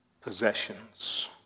possessions